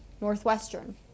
Northwestern